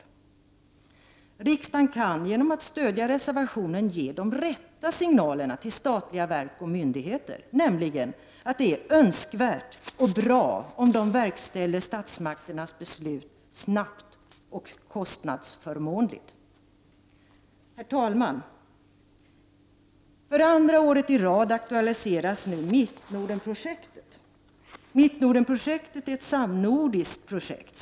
Riksdagen kan genom att stödja reservationen ge de rätta signalerna till statliga verk och myndigheter, nämligen att det är önskvärt och bra om de verkställer statsmakternas beslut snabbt och kostnadsförmånligt. Herr talman! För andra året i rad aktualiseras nu Mittnordenprojektet. Mittnordenprojektet är ett samnordiskt projekt.